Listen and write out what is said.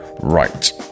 Right